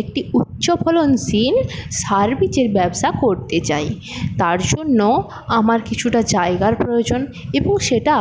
একটি উচ্চ ফলনশীল সার বীজের ব্যবসা করতে চাই তারজন্য আমার কিছুটা জায়গার প্রয়োজন এবং সেটা